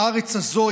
בארץ הזאת,